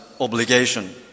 obligation